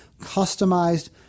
customized